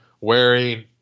Wearing